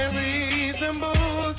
reasonable